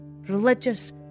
religious